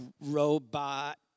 robot